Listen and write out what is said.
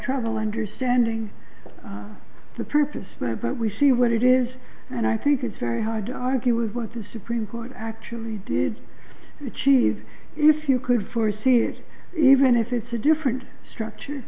trouble understanding the purpose by but we see what it is and i think it's very hard to argue with what the supreme court actually did achieve if you could foresee it even if it's a different structure